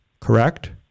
Correct